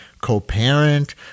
co-parent